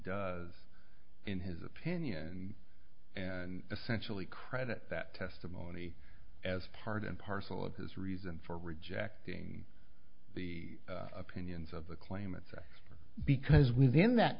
does in his opinion and essentially credit that testimony as part and parcel of his reason for rejecting the opinions of the claimants because within that